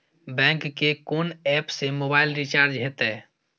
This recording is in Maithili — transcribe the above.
बैंक के कोन एप से मोबाइल रिचार्ज हेते?